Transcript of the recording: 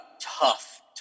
tough